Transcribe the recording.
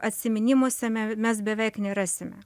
atsiminimuose me mes beveik nerasime